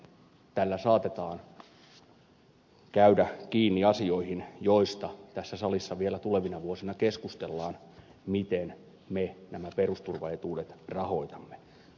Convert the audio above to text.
ja tällä saatetaan käydä kiinni asioihin joista tässä salissa vielä tulevina vuosina keskustellaan eli miten me nämä perusturvaetuudet rahoitamme